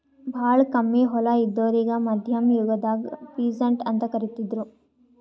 ಭಾಳ್ ಕಮ್ಮಿ ಹೊಲ ಇದ್ದೋರಿಗಾ ಮಧ್ಯಮ್ ಯುಗದಾಗ್ ಪೀಸಂಟ್ ಅಂತ್ ಕರಿತಿದ್ರು